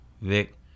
Vic